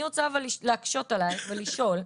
אני רוצה אבל להקשות עלייך ולשאול,